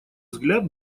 взгляд